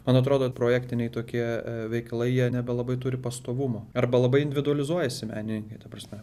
man atrodo projektiniai tokie veikalai jie nebelabai turi pastovumo arba labai individualizuojasi menininkai ta prasme